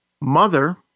Mother